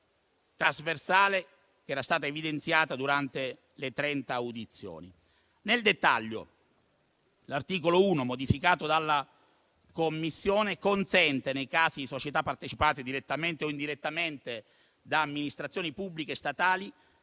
trasversale che era stata evidenziata durante le trenta audizioni. Nel dettaglio, l'articolo 1, modificato dalla Commissione, consente, nei casi di società partecipate direttamente o indirettamente da amministrazioni pubbliche statali,